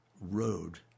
road